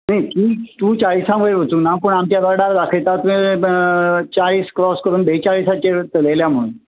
तूं चाळिसा वयर वचुना पूण आमचे रडार दाखयता तूं तूं चाळीस क्रॉस करून बेचाळिसाचेर चलयल्या म्हणून